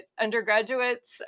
undergraduates